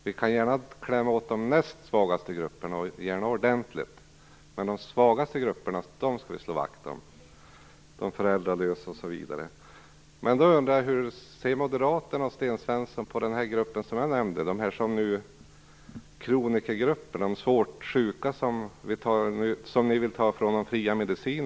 Vi kan gärna klämma åt de näst svagaste grupperna, och gärna ordentligt, men de svagaste grupperna skall vi slå vakt om - de föräldralösa, osv. Hur ser Moderaterna och Sten Svensson på den grupp jag nämnde, kronikerna och de svårt sjuka som ni tar ifrån de fria medicinerna?